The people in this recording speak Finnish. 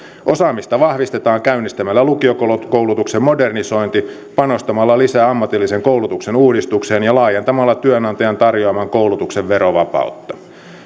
osaamista vahvistetaan käynnistämällä lukiokoulutuksen modernisointi panostamalla lisää ammatillisen koulutuksen uudistukseen ja laajentamalla työnantajan tarjoaman koulutuksen verovapautta